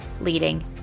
leading